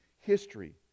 history